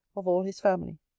of all his family.